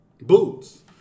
Boots